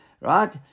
Right